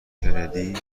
کندی